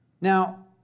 Now